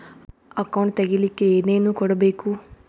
Account ತೆಗಿಲಿಕ್ಕೆ ಏನೇನು ಕೊಡಬೇಕು?